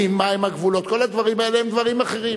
מהם הגבולות, כל הדברים האלה הם דברים אחרים.